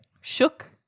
Shook